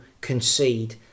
concede